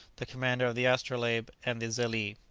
the commander of the astrolabe and the zelee.